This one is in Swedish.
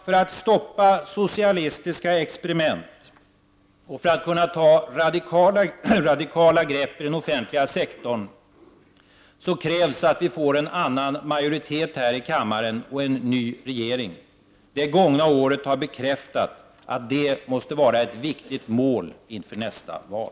För att stoppa socialistiska experiment och för att kunna ta radikala grepp i den offentliga sektorn krävs att vi får en annan majoritet här i kammaren och en ny regering. Det gångna året har bekräftat att det måste vara ett viktigt mål också inför nästa val.